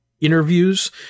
interviews